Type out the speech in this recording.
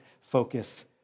focus